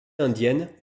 indienne